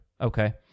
Okay